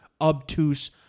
obtuse